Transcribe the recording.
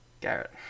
Garrett